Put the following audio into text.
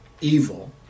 evil